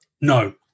No